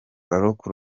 faruku